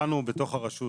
לנו בתוך הרשות